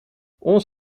ons